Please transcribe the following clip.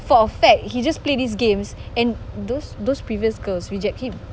for a fact he just play these games and those those previous girls reject him